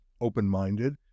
open-minded